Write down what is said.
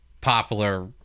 popular